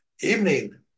evening